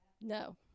No